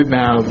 now